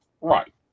Right